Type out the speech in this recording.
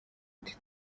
iti